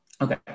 okay